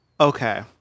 Okay